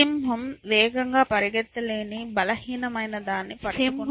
సింహం వేగంగా పరుగెత్తలేని బలహీనమైనదాన్ని పట్టుకుంటుంది